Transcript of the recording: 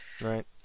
Right